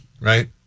right